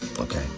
Okay